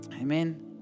Amen